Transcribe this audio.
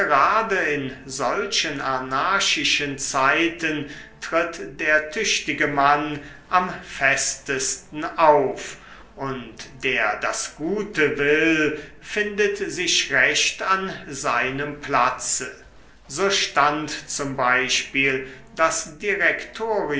gerade in solchen anarchischen zeiten tritt der tüchtige mann am festesten auf und der das gute will findet sich recht an seinem platze so stand z b das direktorium